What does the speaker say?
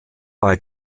bei